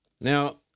Now